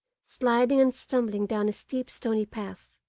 sliding and stumbling down a steep, stony path.